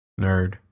Nerd